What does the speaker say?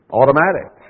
automatic